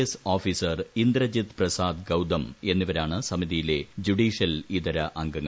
S officer Indrajit Prasad Gautam എന്നിവരാണ് സമിതിയിലെ judicial ഇതര അംഗങ്ങൾ